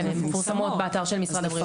כן, הן מפורסמות באתר של משרד הבריאות.